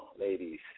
ladies